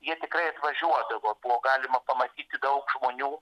jie tikrai atvažiuodavo buvo galima pamatyti daug žmonių